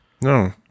no